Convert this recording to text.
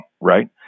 right